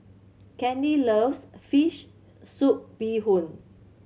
Kenley loves fish soup bee hoon